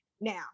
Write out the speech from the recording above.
now